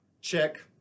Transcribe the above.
check